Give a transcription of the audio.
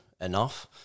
Enough